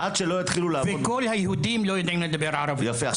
עד שלא יתחילו --- וכל היהודים לא יודעים לדבר ערבית.